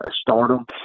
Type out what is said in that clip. stardom